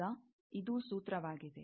ಈಗ ಇದು ಸೂತ್ರವಾಗಿದೆ